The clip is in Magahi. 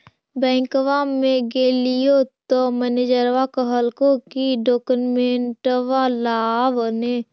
बैंकवा मे गेलिओ तौ मैनेजरवा कहलको कि डोकमेनटवा लाव ने?